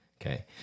okay